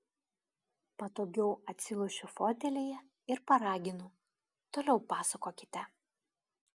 patogiau atsilošiu fotelyje ir paraginu toliau pasakokite